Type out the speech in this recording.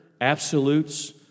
absolutes